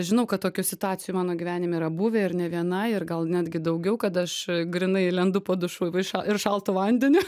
žinau kad tokių situacijų mano gyvenime yra buvę ir ne viena ir gal netgi daugiau kad aš grynai lendu po dušu v ša ir šaltu vandeniu